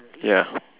ya